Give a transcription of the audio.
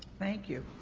thank you.